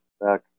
back